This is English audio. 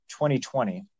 2020